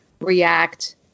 React